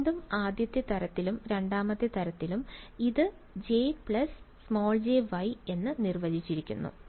വീണ്ടും ആദ്യത്തെ തരത്തിലും രണ്ടാമത്തെ തരത്തിലും ഇത് J jY എന്ന് നിർവചിച്ചിരിക്കുന്നു